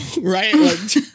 right